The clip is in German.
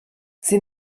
sie